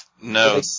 No